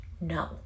No